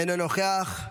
אינו נוכח.